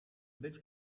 być